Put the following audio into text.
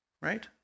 right